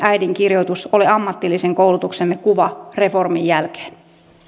äidin kirjoitus ole ammatillisen koulutuksemme kuva reformin jälkeen